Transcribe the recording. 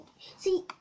see